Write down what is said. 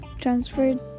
transferred